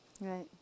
Right